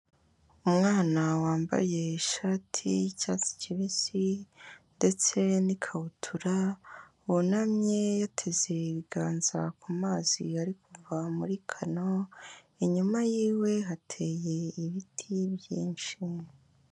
Umwana wambaye ishati y'icyatsi kibisi ndetse n'ikabutura, wunamye yateze ibiganza ku mazi ari kuva muri kano, inyuma yiwe hateye ibiti byinshi.